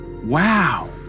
Wow